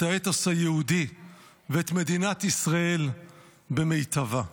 את האתוס היהודי ואת מדינת ישראל במיטבה.